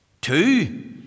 Two